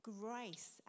Grace